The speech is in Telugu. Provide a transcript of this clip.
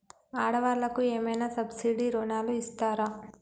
ఆడ వాళ్ళకు ఏమైనా సబ్సిడీ రుణాలు ఇస్తారా?